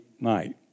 night